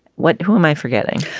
what who am i forgetting?